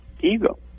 Ego